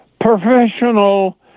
professional